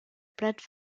plate